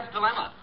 Dilemma